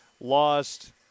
Lost